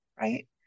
right